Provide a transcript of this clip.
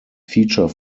feature